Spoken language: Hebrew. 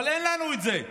אבל אין לנו את זה.